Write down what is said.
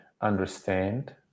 understand